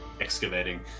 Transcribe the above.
excavating